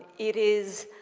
it is,